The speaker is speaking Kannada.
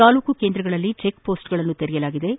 ತಾಲೂಕು ಕೇಂದ್ರಗಳಲ್ಲಿ ಚೆಕ್ ಮೋಸ್ಟ್ಗಳನ್ನು ಸ್ಥಾಪಿಸಲಾಗಿದ್ದು